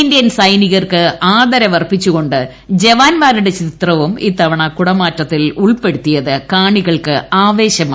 Indian സൈനികർക്ക് ആദരവ് അർപ്പിച്ചുകൊ ് ജവാന്മാരുടെ ചിത്രവും ഇത്തവണ കുടമാറ്റത്തിൽ ഉൾപ്പെടുത്തിയത് കാണികൾക്ക് ആവേശമായി